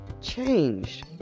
changed